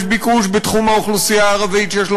יש ביקוש בתחום האוכלוסייה הערבית שיש לו